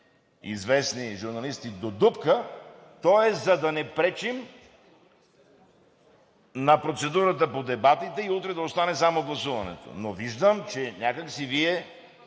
известни журналисти – до дупка, то е за да не пречим на процедурата по дебатите и утре да остане само гласуването, но виждам, че някак си Вие